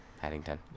Paddington